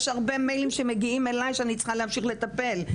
הרבה מיילים שמגיעים אלי שאני צריכה להמשיך ולטפל בהם.